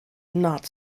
not